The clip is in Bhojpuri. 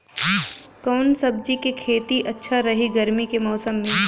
कवना सब्जी के खेती अच्छा रही गर्मी के मौसम में?